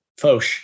Foch